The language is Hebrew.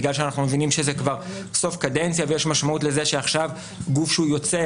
אנחנו מבינים שזה כבר סוף קדנציה ויש משמעות לזה שעכשיו גוף שהוא יוצא,